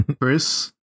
Chris